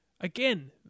again